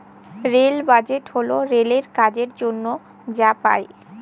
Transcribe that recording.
rail budget হল রেলের কাজের জন্য যা পাই